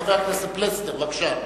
חבר הכנסת פלסנר, בבקשה.